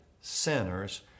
sinners